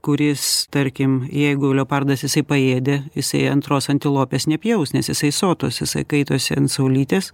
kuris tarkim jeigu leopardas jisai paėdė jisai antros antilopės nepjaus nes jisai sotus jisai kaitosi ant saulytės